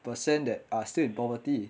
percent that are still in poverty